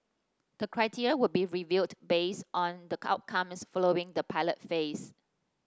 the criteria would be reviewed based on the outcomes following the pilot phase